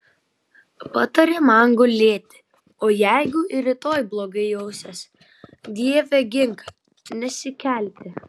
patarė man gulėti o jeigu ir rytoj blogai jausiuosi dieve gink nesikelti